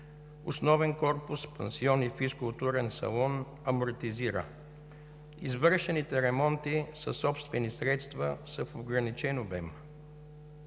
основен корпус, пансион и физкултурен салон, амортизира. Извършените ремонти със собствени средства са в ограничен обем.